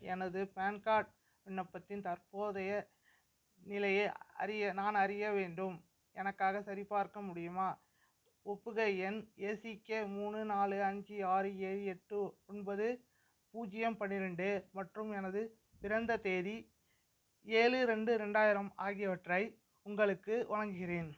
எனது PAN card விண்ணப்பத்தின் தற்போதைய நிலையை அறிய நான் அறிய வேண்டும் எனக்காக சரிபார்க்க முடியுமா ஒப்புகை எண் ஏசிகே மூணு நாலு அஞ்சு ஆறு ஏழு எட்டு ஒன்பது பூஜ்யம் பன்னிரெண்டு மற்றும் எனது பிறந்த தேதி ஏழு ரெண்டு ரெண்டாயிரம் ஆகியவற்றை உங்களுக்கு வழங்குகிறேன்